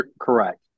correct